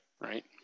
right